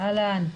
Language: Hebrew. אז קודם כול,